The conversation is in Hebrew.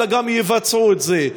אלא גם יבצעו את זה.